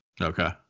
Okay